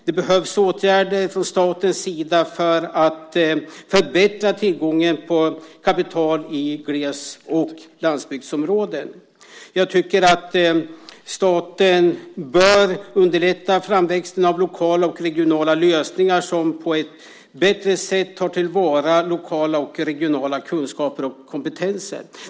Det behövs åtgärder från statens sida för att förbättra tillgången på kapital i gles och landsbygdsområden. Jag tycker att staten bör underlätta framväxten av lokala och regionala lösningar som på ett bättre sätt tar till vara lokala och regionala kunskaper och kompetenser.